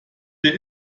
per